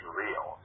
real